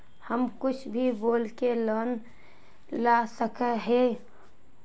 हम कुछ भी बोल के लोन ला सके हिये?